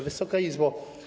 Wysoka Izbo!